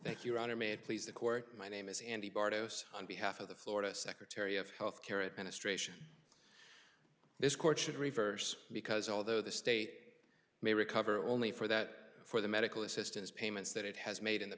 thank you ron it may please the court my name is andy barr dose on behalf of the florida secretary of health care at ministration this court should reverse because although the state may recover only for that for the medical assistance payments that it has made in the